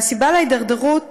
והסיבה להידרדרות